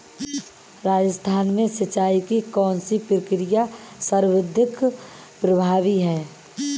राजस्थान में सिंचाई की कौनसी प्रक्रिया सर्वाधिक प्रभावी है?